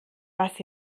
was